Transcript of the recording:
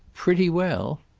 pretty well.